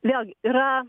vėl yra